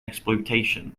exploitation